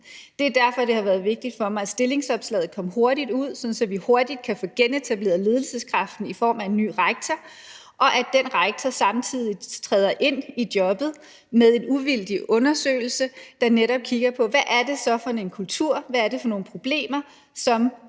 Det er derfor, at det har været vigtigt for mig, at stillingsopslaget kom hurtigt ud, sådan at vi hurtigt kan få genetableret ledelseskraften i form af en ny rektor, og at den rektor samtidig træder ind i jobbet med en uvildig undersøgelse, der netop kigger på, hvad det er for en kultur, og hvad det er for nogle problemer, som